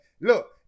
Look